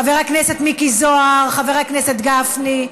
חבר הכנסת מיקי זוהר, חבר הכנסת גפני,